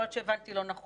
יכול להיות שהבנתי לא נכון.